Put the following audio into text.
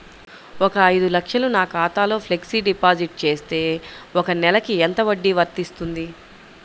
ఒక ఐదు లక్షలు నా ఖాతాలో ఫ్లెక్సీ డిపాజిట్ చేస్తే ఒక నెలకి ఎంత వడ్డీ వర్తిస్తుంది?